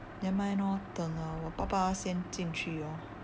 nevermind orh 等我爸爸先进去:deng wo papa xian jin qu orh